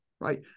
right